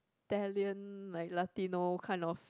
Italian like Latino kind of